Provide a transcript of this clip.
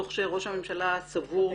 תוך שראש הממשלה סבור,